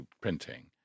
printing